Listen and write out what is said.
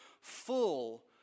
full